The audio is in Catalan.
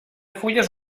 fulles